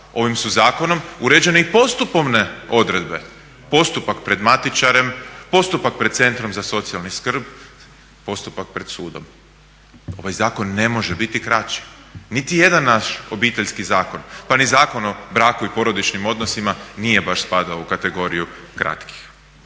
ovim su zakonom uređene i postupovne odredbe, postupak pred matičarom, postupak pred Centrom za socijalnu skrb, postupak pred sudom. Ovaj zakon ne može biti kraći. Niti jedan naš Obiteljski zakon, pa ni zakon o braku i porodičnim odnosima nije baš spadao u kategoriju kratkih.